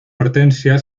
hortensia